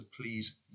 please